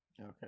Okay